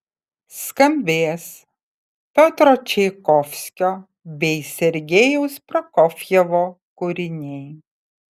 skambės piotro čaikovskio bei sergejaus prokofjevo kūriniai